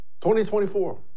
2024